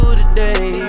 today